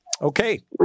Okay